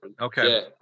okay